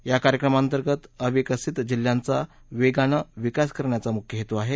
या कार्यक्रमा अंतर्गत अविकसित जिल्ह्यांचा वेगाने विकास करण्याचा मुख्य हेतू आहे